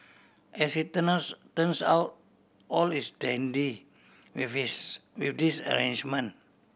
as it turns out all is dandy with this with this arrangement